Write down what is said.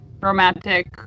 romantic